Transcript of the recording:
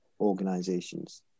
organizations